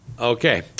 Okay